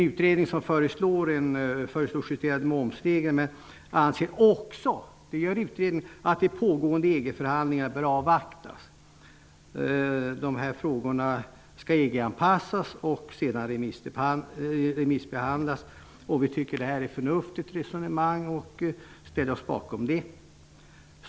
Utredningen om vissa mervärdesskattefrågor föreslår justerade momsregler men anser också att de pågående EG förhandlingarna bör avvaktas. De här frågorna skall EG-anpassas och sedan remissbehandlas. Vi tycker att det är ett förnuftigt resonemang och ställer oss bakom det.